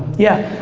yeah,